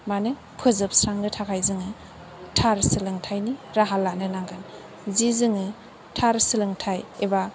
मानो फोजोबस्रांनो थाखाय जोङो थार सोलोंथाइयनि राहा लानो नांगोन जि जोङो थार सोलोंथाइ एबा